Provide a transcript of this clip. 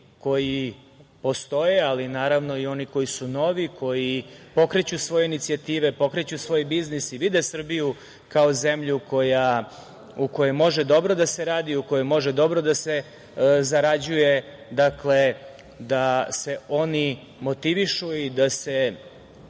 koji postoje, ali naravno i oni koji su novi, koji pokreću svoje inicijative, pokreću svoj biznis i vide Srbiju kao zemlju u kojoj može dobro da se radi, u kojoj može dobro da se zarađuje, da se oni motivišu i da se